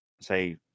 say